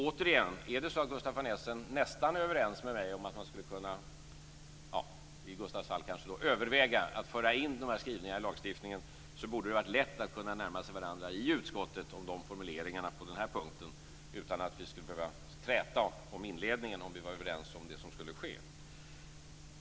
Återigen, är det så att Gustaf von Essen nästan är överens med mig om att man skulle kunna överväga att föra in dessa skrivningar i lagstiftningen, så borde det ha varit lätt att kunna närma sig varandra i utskottet om dessa formuleringar på denna punkt utan att vi skulle behöva träta om inledningen, om vi var överens om det som skulle ske.